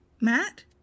Matt